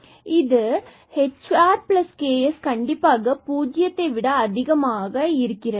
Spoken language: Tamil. f12rhrks2 இது hrks2கண்டிப்பாக பூஜ்ஜியத்தை விட அதிகமானதாக இருக்கிறது